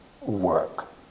work